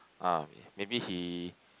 ah maybe he